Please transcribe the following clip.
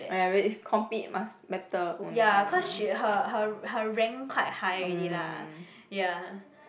oh ya when is compete must better own gun ya